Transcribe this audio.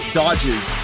dodges